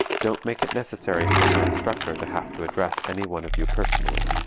don't make it necessary for your instructor to have to address any one of you personally.